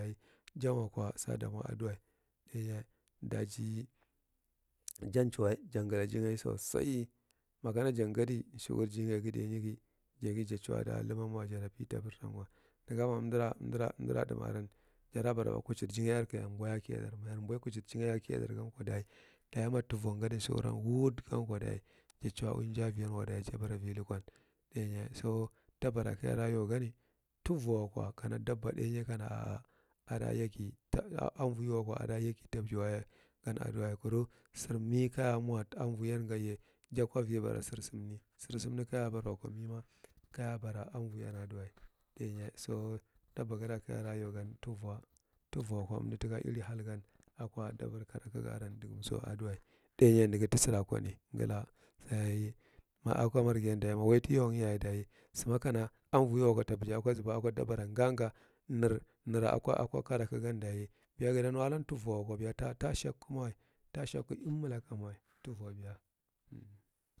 Janwano salamo aduwa, daye ajon chuwa jan gla ajigan sosai, makana jagadi sheur jigan ghi thāgth neglbi jaghi da chuwa da lumma ma wa jatu peta kretan negan ma umdura thūgth re jara bara ba kuchir jingah are kajoi boawi akiya dar, major bowi kuchi jiganh a kiya dar gam ko daye ma tuvo gadi sheurn voud gan ko daye ja chuwa uwi ja aviwa jata bara avilukon, thāgth na so dabbara ka jara yau gan tuvo wako kana jabba thāgth kona ‘a a’ avoi wako kana adaya ghi tabiwa gan ahiwa kur sir me ka jame anvoin gauye jako ivo bara sirsunu sir summi kaja bara wako me ma kaja bara avoin aluwa, so thigh so dabba gora kagara yaū gan tuvo wako umdu tika iri homgawan ako thūgth per karak ger aran aduwa; thāgthneghi tisira kon, gla daye ma ako marghi ma wai tiya ūm yaye daye si makana avoi wako tabige ada zabaye akan dabbara gaga ner nera ako aka karaka yan daye gata nudan tuvo wako tashaku mawa tashaku ime laka mai tuvo beya.